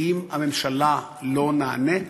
ואם הממשלה לא נענית,